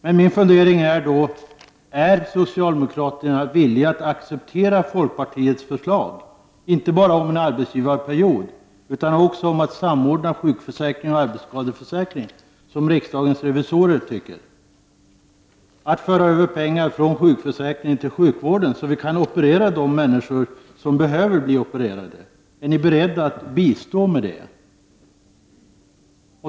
Men min fundering är då: Är socialdemokraterna villiga att acceptera folkpartiets förslag, inte bara om en arbetsgivarperiod utan också om att samordna sjukförsäkringen och arbetsskadeförsäkringen som riksdagens revisorer tycker? Är ni villiga att föra över pengar från sjukpenningen till sjukvården så att vi kan operera de människor som behöver bli opererade? Är ni beredda att bistå med det?